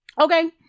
Okay